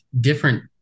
different